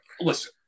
Listen